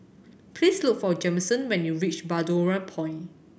please look for Jameson when you reach Balmoral Point